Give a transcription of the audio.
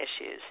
issues